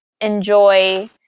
enjoy